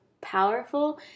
powerful